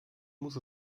muss